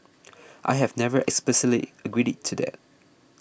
I have never explicitly agreed to that